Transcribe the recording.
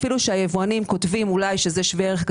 אפילו שהיבואנים כותבים שזה שווה ערך.